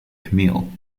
camille